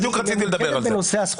בנושא הזכויות.